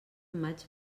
maig